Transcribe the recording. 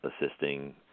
assisting